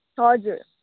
हजुर